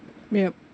ya